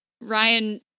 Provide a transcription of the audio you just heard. Ryan